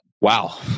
Wow